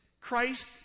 Christ